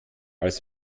als